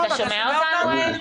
לוין.